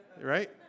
Right